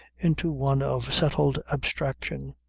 into one of settled abstraction.